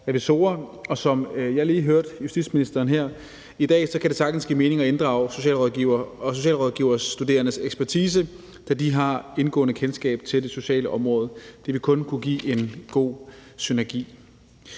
sige her i dag, kan det sagtens give mening at inddrage socialrådgivere og socialrådgiverstuderendes ekspertise, da de har indgående kendskab til det sociale område. Det vil kun give en god synergi.